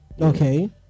Okay